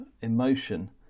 emotion